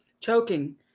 choking